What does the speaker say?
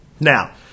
Now